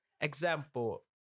Example